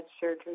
surgery